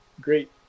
great